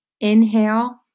inhale